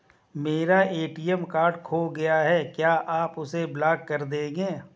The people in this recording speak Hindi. मेरा ए.टी.एम कार्ड खो गया है क्या आप उसे ब्लॉक कर देंगे?